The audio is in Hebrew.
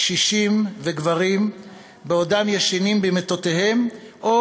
קשישים וגברים בעודם ישנים במיטותיהם או